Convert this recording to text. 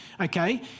Okay